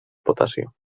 potasio